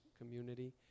community